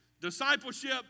discipleship